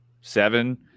seven